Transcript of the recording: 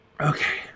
Okay